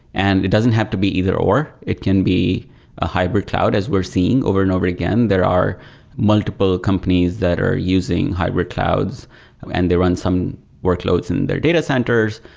and it doesn't have to be either or. it can be a hybrid cloud as we are seeing over and over again. there are multiple companies that are using hybrid clouds and they run some workloads in their data centers.